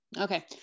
Okay